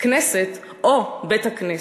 הכנסת או בית-הכנסת.